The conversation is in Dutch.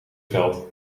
veld